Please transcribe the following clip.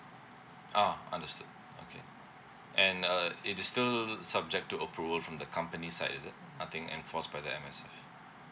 ah understood okay and uh it is still subject to approval from the company side is it nothing enforced by the M_S_F